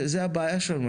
זאת הבעיה שלנו,